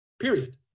period